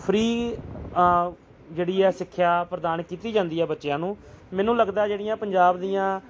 free ਜਿਹੜੀ ਹੈ ਸਿੱਖਿਆ ਪ੍ਰਦਾਨ ਕੀਤੀ ਜਾਂਦੀ ਹੈ ਬੱਚਿਆਂ ਨੂੰ ਮੈਨੂੰ ਲੱਗਦਾ ਜਿਹੜੀਆਂ ਪੰਜਾਬ ਦੀਆਂ